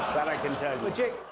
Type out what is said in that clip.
that i can tell you.